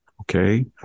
Okay